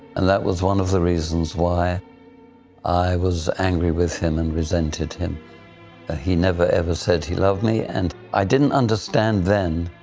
and that was one of the reasons why i was angry with him and resented him, and ah he never ever said he loved me. and i didn't understand then